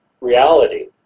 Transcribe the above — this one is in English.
reality